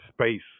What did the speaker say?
space